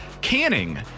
canning